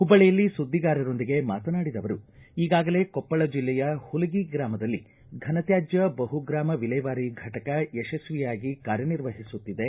ಹುಬ್ಬಳ್ಳಯಲ್ಲಿ ಸುದ್ದಿಗಾರರೊಂದಿಗೆ ಮಾತನಾಡಿದ ಅವರು ಈಗಾಗಲೇ ಕೊಪ್ಪಳ ಜಿಲ್ಲೆಯ ಹುಲಗಿ ಗ್ರಾಮದಲ್ಲಿ ಘನ ತ್ಕಾಜ್ಞ ಬಹು ಗ್ರಾಮ ವಿಲೇವಾರಿ ಫಟಕ ಯಶಸ್ವಿಯಾಗಿ ಕಾರ್ಯನಿರ್ವಹಿಸುತ್ತಿದೆ